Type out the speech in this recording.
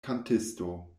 kantisto